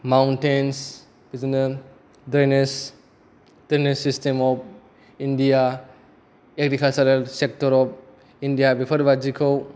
mountains बिदिनो ग्रेनेस थेनेसेसथिम of India agricultural sector of India before बायदिखौ